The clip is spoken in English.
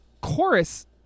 chorus